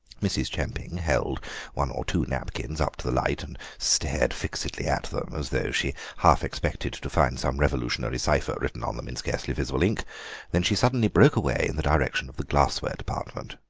mrs. chemping held one or two napkins up to the light and stared fixedly at them, as though she half expected to find some revolutionary cypher written on them in scarcely visible ink then she suddenly broke away in the direction of the glassware department.